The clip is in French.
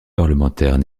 parlementaires